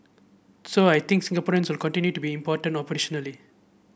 so I think Singaporeans will continue to be important operationally